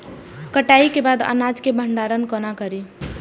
कटाई के बाद अनाज के भंडारण कोना करी?